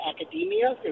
academia